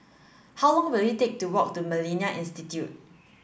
how long will it take to walk to Millennia Institute